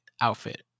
outfit